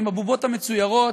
עם הבובות המצוירות,